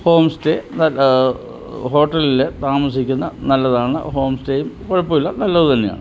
home stay നല്ല ഹോട്ടലിലെ താമസിക്കുന്നത് നല്ലതാണ് ഹോം സ്റ്റേയും കുഴപ്പമില്ല നല്ലതു തന്നെയാണ്